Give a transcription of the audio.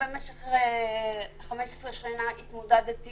במשך 15 שנה התמודדתי